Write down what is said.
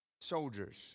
soldiers